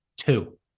Two